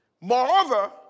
Moreover